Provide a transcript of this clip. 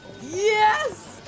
yes